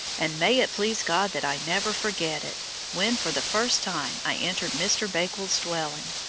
and may it please god that i never forget it, when for the first time i entered mr. bakewell's dwelling.